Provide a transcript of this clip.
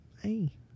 Hey